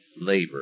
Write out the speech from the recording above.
labor